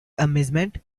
amazement